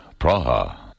Praha